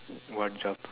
what job